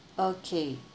okay